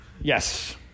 Yes